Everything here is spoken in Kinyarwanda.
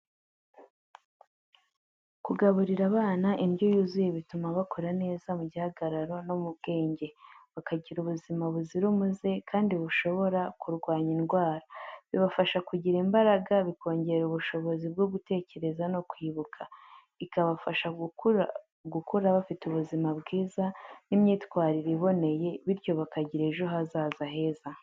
Kugaburira abana indyo yuzuye bituma bakura neza mu gihagararo no mu bwenge, bakagira ubuzima buzira umuze kandi bushobora kurwanya indwara. Bibafasha kugira imbaraga, bikongera ubushobozi bwo gutekereza no kwibuka, ikabafasha gukura bafite ubuzima bwiza n’imyitwarire iboneye, bityo bakagira ejo hazaza heza.